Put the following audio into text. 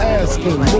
asking